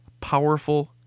powerful